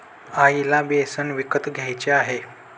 आईला बेसन विकत घ्यायचे आहे